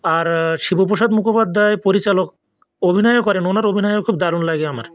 আর শিবপ্রসাদ মুখোপাধ্যায় পরিচালক অভিনয়ও করেন ওনার অভিনয়ও খুব দারুন লাগে আমার